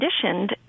conditioned